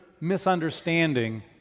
misunderstanding